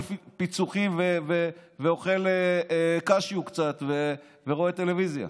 פיצוחים ואוכל קצת קשיו ורואה טלוויזיה.